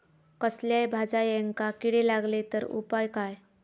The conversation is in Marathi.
कसल्याय भाजायेंका किडे लागले तर उपाय काय?